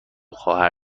خواهر